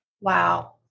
Wow